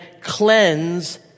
cleanse